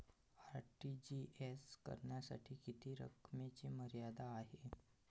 RTGS करण्यासाठी किती रकमेची मर्यादा आहे?